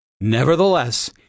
Nevertheless